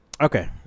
Okay